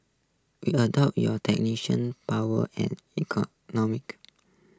we adopt your technical power and ecnomic